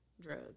drugs